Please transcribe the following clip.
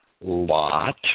lot